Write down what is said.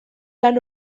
lan